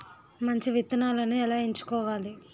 మంచి విత్తనాలను ఎలా ఎంచుకోవాలి?